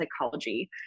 Psychology